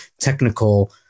technical